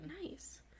Nice